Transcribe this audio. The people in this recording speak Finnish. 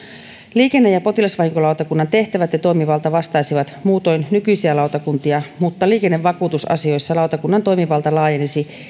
liikenne ja potilasvahinkolautakunnan tehtävät ja toimivalta vastaisivat muutoin nykyisiä lautakuntia mutta liikennevakuutusasioissa lautakunnan toimivalta laajenisi